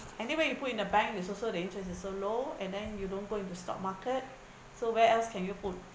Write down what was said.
anyway when you put in the bank is also the interest is so low and then you don't go into stock market so where else can you put